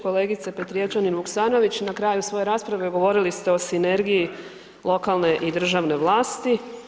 Kolegice Petrijevčanin Vukasnović na kraju svoje rasprave govorili ste o sinergiji lokalne i državne vlasti.